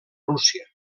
rússia